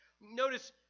Notice